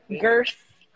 girth